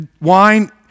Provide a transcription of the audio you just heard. wine